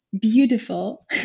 beautiful